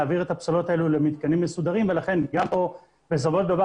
להעביר את הפסולות האלו למתקנים מסודרים ולכן בסופו של דבר